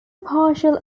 partial